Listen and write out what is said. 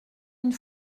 une